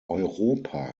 europa